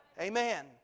Amen